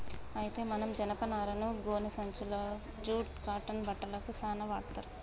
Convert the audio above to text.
అయితే మనం జనపనారను గోనే సంచులకు జూట్ కాటన్ బట్టలకు సాన వాడ్తర్